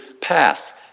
pass